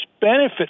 benefit